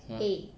!huh!